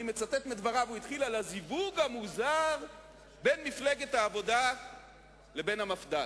אני מצטט מדבריו, בין מפלגת העבודה לבין המפד"ל.